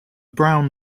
brown